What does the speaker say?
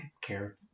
care